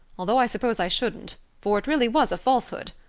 although i suppose i shouldn't for it really was a falsehood.